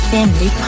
Family